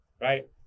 Right